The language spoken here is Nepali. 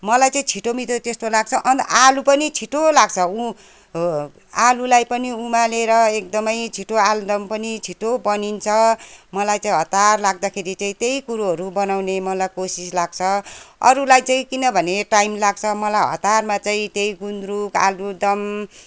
मलाई चाहिँ छिटोमिठो त्यस्तो लाग्छ अन्त आलु पनि छिटो लाग्छ उ आलुलाई पनि उमालेर एकदमै छिटो आलुदम पनि छिटो बनिन्छ मलाई चाहिँ हतार लाग्दाखेरि चाहिँ त्यही कुरोहरू बनाउने मलाई कोसिस लाग्छ अरूलाई चाहिँ किनभने टाइम लाग्छ मलाई हतारमा चाहिँ त्यही गुन्द्रुक आलुदम